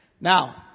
Now